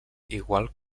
igual